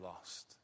lost